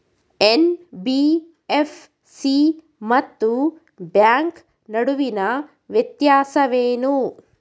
NBFC ಮತ್ತು bank ನಡುವಿನ ವ್ಯತ್ಯಾಸವೇನು?